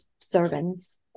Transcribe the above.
servants